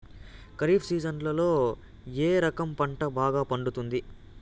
ఖరీఫ్ సీజన్లలో ఏ రకం పంట బాగా పండుతుంది